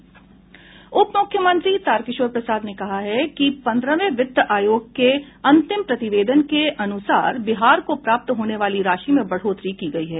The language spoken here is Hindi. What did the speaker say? उप मुख्यमंत्री तारकिशोर प्रसाद ने कहा है कि पन्द्रहवें वित्त आयोग के अंतिम प्रतिवेदन के अनुसार बिहार को प्राप्त होने वाली राशि में बढ़ोतरी की गयी है